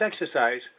exercise